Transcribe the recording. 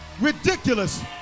ridiculous